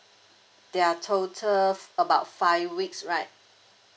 there are total about five weeks right